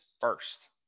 first